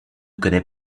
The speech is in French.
connaît